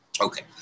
Okay